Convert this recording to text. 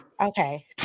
Okay